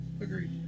Agreed